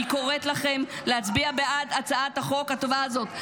אני קוראת לכם להצביע בעד הצעת החוק הטובה הזאת.